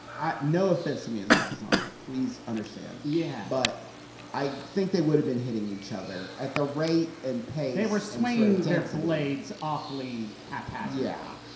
i no offense to miyazaki-san. please understand. yeah. but i think they would've been hitting each other. at the race and pace they were swinging their blades. awfully haphazardly. yeah.